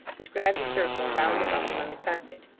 described a circle round about him on the carpet.